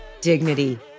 dignity